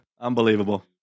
unbelievable